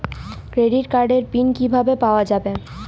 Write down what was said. Credit কার্ডের pin কিভাবে পাওয়া যাবে?